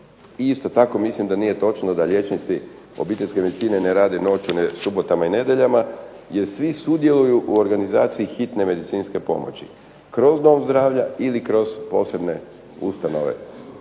Isto tako mislim da nije točno da liječnici obiteljske medicine ne rade noću, subotama i nedjeljama, jer svi sudjeluju u organizaciji hitne medicinske pomoći, kroz dom zdravlja ili kroz posebne ustanove.